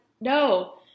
no